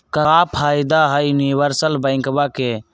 क्का फायदा हई यूनिवर्सल बैंकवा के?